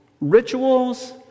rituals